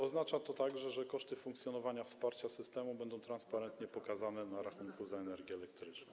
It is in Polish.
Oznacza to także, że koszty funkcjonowania wsparcia systemu będą transparentnie pokazane na rachunku za energię elektryczną.